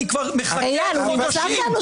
אני כבר מחייך ומשלים,